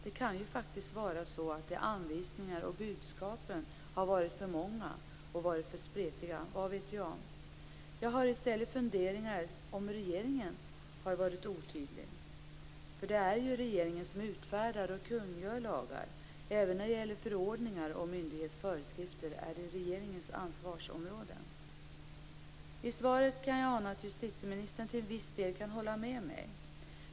Det kan faktiskt vara så att anvisningarna och budskapen har varit för många och för spretiga, vad vet jag. Jag har i stället funderingar på om regeringen har varit otydlig. Det är ju regeringen som utfärdar och kungör lagar. Även när det gäller förordningar och myndighetsföreskrifter är det regeringens ansvarsområde. I svaret kan jag ana att justitieministern till viss del kan hålla med mig.